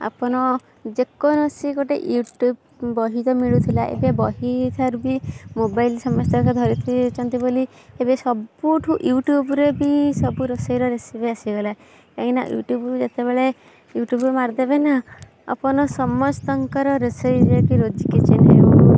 ଆପନ ଯେକୌଣସି ଗୋଟେ ୟୁଟୁବ ବହି ତ ମିଳୁଥିଲା ଏବେ ବହି ଠାରୁ ବି ମୋବାଇଲ ସମସ୍ତଙ୍କ ଧରିଛନ୍ତି ବୋଲି ଏବେ ସବୁଠୁ ୟୁଟୁବ ରେ ବି ସବୁ ରୋଷେଇର ରେସିପି ଆସିଗଲା କାହିଁକି ନା ୟୁଟୁବ ଯେତେବେଳେ ୟୁଟୁବରୁ ମାରିଦେବେ ନା ଆପାନ ସମସ୍ତଙ୍କର ରୋଷେଇ ଯାଇକି ରୋଜି କିଚେନ ହଉ